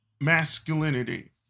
masculinity